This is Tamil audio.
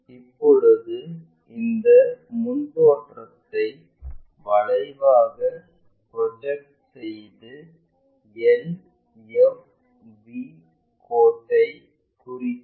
இப்பொழுது இந்த முன் தோற்றத்தை வளைவாக ப்ரொஜெக்ட் செய்து LFV கோடை குறிக்கவும்